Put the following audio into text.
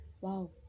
Wow